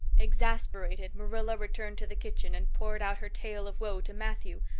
exasperated, marilla returned to the kitchen and poured out her tale of woe to matthew,